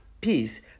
peace